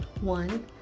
one